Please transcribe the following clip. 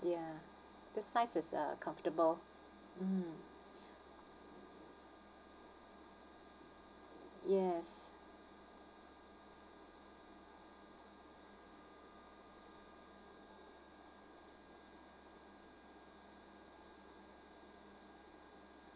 ya this size is uh comfortable mm yes